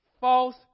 false